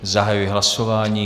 Zahajuji hlasování.